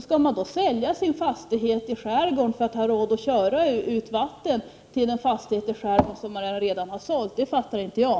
Skall man då behöva sälja sin fastighet i skärgården för att ha råd att köra ut vatten till den fastighet i skärgården som man redan har sålt? Det förstår inte jag.